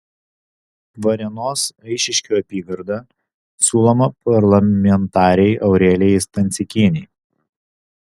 varėnos eišiškių apygarda siūloma parlamentarei aurelijai stancikienei